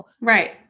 Right